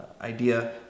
idea